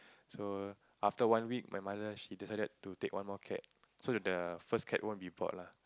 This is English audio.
so after one week my mother she decided to take one more cat so that the first cat won't be bored lah